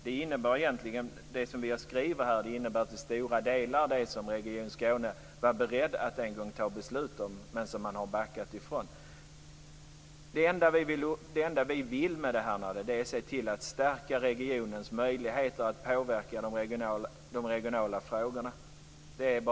Det innebar egentligen det som vi har skrivit, nämligen det som region Skåne till stor del var beredd att en gång fatta beslut om men som man har backat från. Det enda som vi vill med detta är att se till att stärka regionens möjligheter att påverka de regionala frågorna.